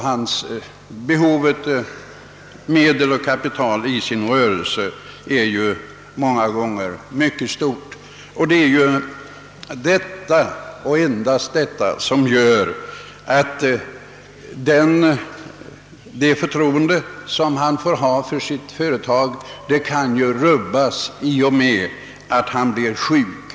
Hans behov av medel och kapital i rörelsen är många gånger mycket stort. Förtroendet för företaget kan rubbas om han blir sjuk.